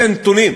אלה הנתונים.